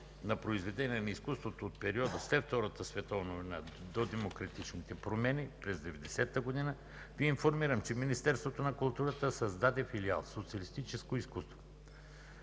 на произведения на изкуството от периода след Втората световна война до демократичните промени през 1990 г. Ви информирам, че Министерството на културата създаде филиал „Социалистическо изкуство”